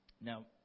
Now